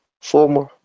former